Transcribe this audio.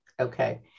Okay